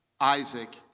Isaac